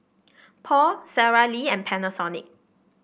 Paul Sara Lee and Panasonic